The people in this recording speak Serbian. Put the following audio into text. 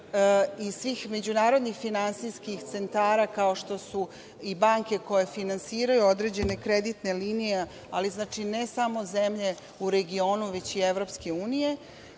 i svih međunarodnih finansijskih centara, kao što su i banke koje finansiraju određene kreditne linije, ali ne samo zemlje u regionu, već i EU.